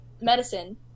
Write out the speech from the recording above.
medicine